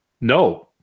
no